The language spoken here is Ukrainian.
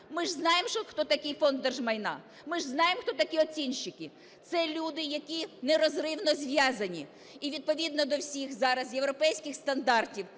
Ми ж знаємо хто такий Фонд держмайна, ми ж знаємо, хто такі оцінщики. Це люди, які нерозривно зв'язані, і відповідно до всіх зараз європейських стандартів